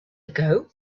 ago